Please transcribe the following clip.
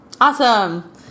Awesome